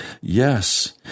Yes